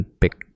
pick